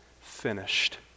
finished